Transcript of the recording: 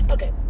Okay